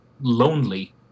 lonely